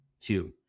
two